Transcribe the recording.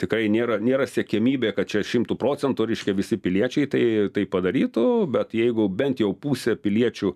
tikrai nėra nėra siekiamybė kad čia šimtu procentų reiškia visi piliečiai tai tai padarytų bet jeigu bent jau pusė piliečių